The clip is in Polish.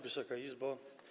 Wysoka Izbo!